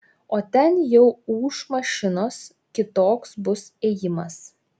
o ten jau ūš mašinos kitoks bus ėjimas